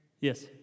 Yes